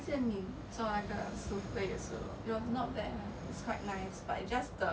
so I still have member lah if 你要做 trial 我们可以一起去